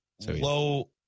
Low